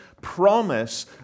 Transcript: promise